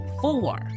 Four